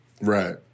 Right